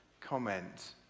comment